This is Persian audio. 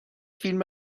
فیلم